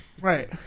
Right